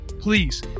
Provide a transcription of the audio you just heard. please